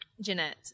Jeanette